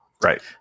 right